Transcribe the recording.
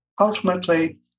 ultimately